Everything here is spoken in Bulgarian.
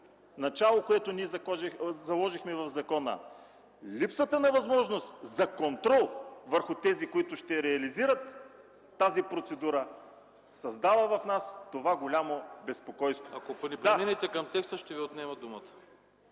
начало, което ние заложихме в закона, липсата на възможност за контрол върху тези, които ще реализират тази процедура, създава у нас това голямо безпокойство. ПРЕДСЕДАТЕЛ АНАСТАС АНАСТАСОВ: Ако не преминете към текста, ще Ви отнема думата.